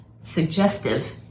Suggestive